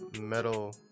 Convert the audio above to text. metal